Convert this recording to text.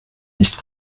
nicht